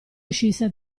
uscisse